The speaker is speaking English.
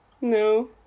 No